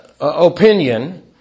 opinion